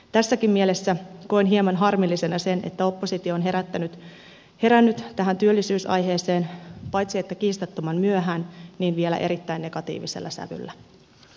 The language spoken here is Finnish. tässäkin mielessä koen hieman harmillisena sen että oppositio on herännyt tähän työllisyysaiheeseen paitsi kiistattoman myöhään myös vielä erittäin negatiivisella sävyllä